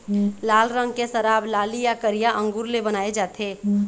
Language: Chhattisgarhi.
लाल रंग के शराब लाली य करिया अंगुर ले बनाए जाथे